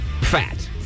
fat